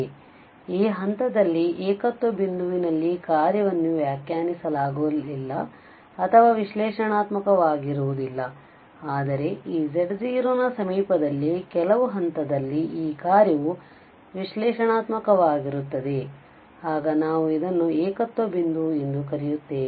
ಆದ್ದರಿಂದ ಈ ಹಂತದಲ್ಲಿ ಏಕತ್ವ ಬಿಂದು ವಿನಲ್ಲಿ ಕಾರ್ಯವನ್ನು ವ್ಯಾಖ್ಯಾನಿಸಲಾಗಿಲ್ಲ ಅಥವಾ ವಿಶ್ಲೇಷಣಾತ್ಮಕವಾಗಿರುವುದಿಲ್ಲ ಆದರೆ ಈ z0 ನ ಸಮೀದಲ್ಲಿ ಕೆಲವು ಹಂತದಲ್ಲಿ ಈ ಕಾರ್ಯವು ವಿಶ್ಲೇಷಣಾತ್ಮಕವಾಗಿರುತ್ತದೆ ಆಗ ನಾವು ಇದನ್ನು ಏಕತ್ವ ಬಿಂದು ಎಂದು ಕರೆಯುತ್ತೇವೆ